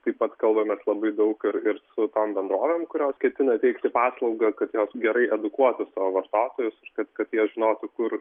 taip pat kalbamės labai daug ir ir su tom bendrovėm kurios ketina teikti paslaugą kad jos gerai edukuotų savo vartotojus ir kad kad jie žinotų kur